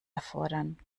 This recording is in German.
erfordern